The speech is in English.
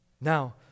Now